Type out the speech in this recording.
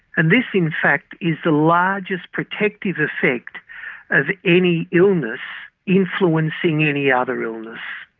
and this in fact is the largest protective effect of any illness influencing any other illness.